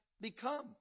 become